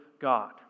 God